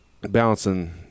balancing